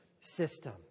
system